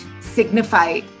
signify